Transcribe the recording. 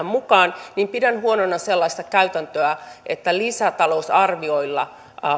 mukaan niin pidän huonona sellaista käytäntöä että lisätalousarvioilla